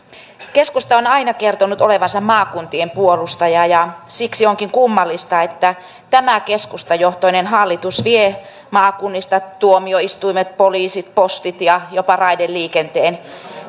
keskusta on aina kertonut olevansa maakuntien puolustaja siksi onkin kummallista että tämä keskustajohtoinen hallitus vie maakunnista tuomioistuimet poliisit postit ja jopa raideliikenteen